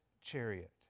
chariot